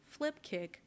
Flipkick